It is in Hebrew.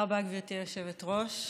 גברתי היושבת-ראש.